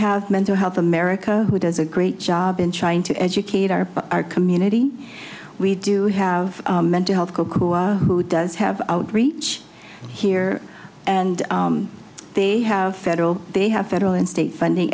have mental health america does a great job in trying to educate our our community we do have mental health who does have outreach here and they have federal they have federal and state funding